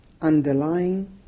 underlying